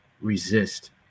resist